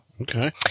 Okay